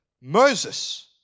Moses